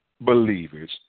believers –